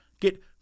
Get